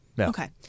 Okay